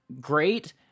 great